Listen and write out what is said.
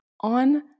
on